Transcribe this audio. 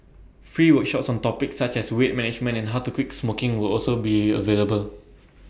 free workshops on topics such as weight management and how to quit smoking will also be available